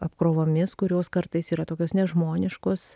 apkrovomis kurios kartais yra tokios nežmoniškos